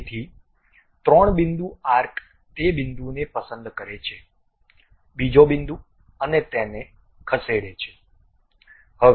તેથી 3 બિંદુ આર્ક તે બિંદુને પસંદ કરે છે બીજો બિંદુ અને તેને ખસેડે છે